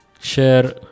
share